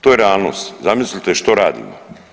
To je realnost, zamislite što radimo.